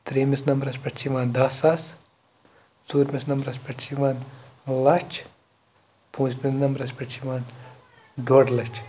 ترٛیٚیِمِس نمبرَس پٮ۪ٹھ چھِ یِوان دَہ ساس ژوٗرمِس نمبرَس پٮ۪ٹھ چھِ یِوان لَچھ پٲنٛژمِس نمبرَس پٮ۪ٹھ چھِ یِوان ڈۄڑ لَچھ